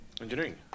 Engineering